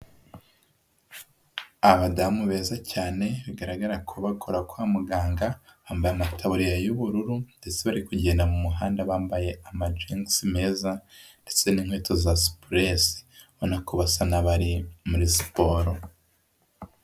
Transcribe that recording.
Abadamu beza cyane bigaragara ko bakora kwa muganga, bambaye amataburiya y'ubururu ndetse bari kugenda mu muhanda, bambaye amajingisi meza ndetse n'inkweto za supuresi ubona ko basa n'abari muri siporo.